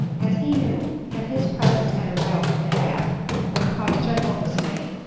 as he knew that his presence at a rout at bath would cause general dismay,